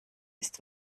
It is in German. ist